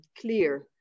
clear